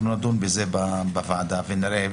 אנחנו נדון בזה בוועדה ואז נראה,